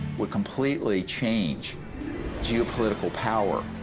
would completely change geopolitical power.